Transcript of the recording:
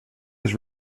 his